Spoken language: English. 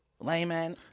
layman